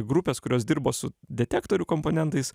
grupės kurios dirbo su detektorių komponentais